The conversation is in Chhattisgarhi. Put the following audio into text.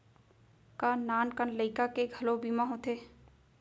का नान कन लइका के घलो बीमा होथे?